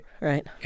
right